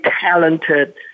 talented